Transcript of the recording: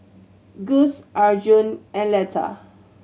Gust Arjun and Letha